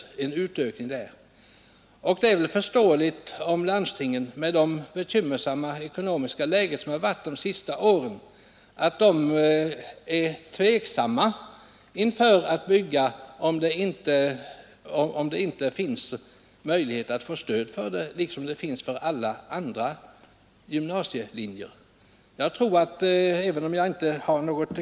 Det är väl förståeligt om landstingen med hänsyn till sitt bekymmersamma ekonomiska läge de senaste åren är tveksamma inför att bygga ut jordbruksutbildningen när det inte, i motsats till vad som gäller för alla andra utbildningslinjer, finns möjlighet att få statligt stöd för detta.